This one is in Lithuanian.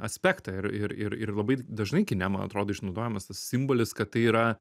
aspektą ir ir ir ir labai dažnai kine man atrodo išnaudojamas tas simbolis kad tai yra